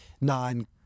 nine